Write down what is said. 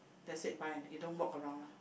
that's it buy and you don't walk around lah